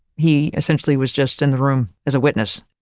he essentially was just in the room as a witness.